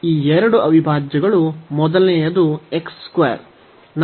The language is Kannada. ಈ ಎರಡು ಅವಿಭಾಜ್ಯಗಳು ಮೊದಲನೆಯದು x 2